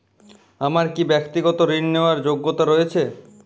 আমার কী ব্যাক্তিগত ঋণ নেওয়ার যোগ্যতা রয়েছে?